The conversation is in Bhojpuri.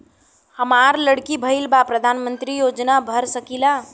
हमार लड़की भईल बा प्रधानमंत्री योजना भर सकीला?